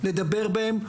לדבר בהם,